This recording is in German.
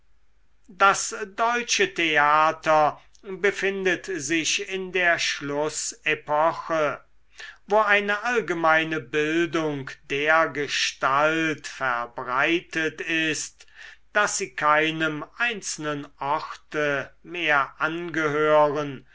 das deutsche theater befindet sich in der schlußepoche wo eine allgemeine bildung dergestalt verbreitet ist daß sie keinem einzelnen orte mehr angehören